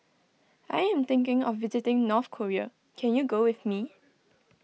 I am thinking of visiting North Korea can you go with me